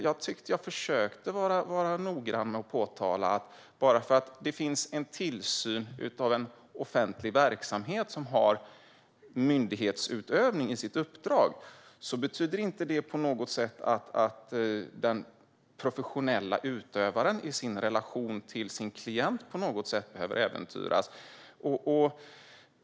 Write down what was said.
Jag tyckte att jag försökte vara noggrann och påpeka att det bara för att det finns en tillsyn av en offentlig verksamhet som har myndighetsutövning i sitt uppdrag inte på något sätt innebär att den professionella utövarens relation till klienten behöver äventyras.